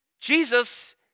Jesus